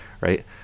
right